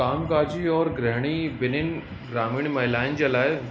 काम काजी और गृहिणी ॿिन्हिनि ग्रामीण महिलाउनि जे लाइ